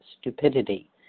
stupidity